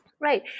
Right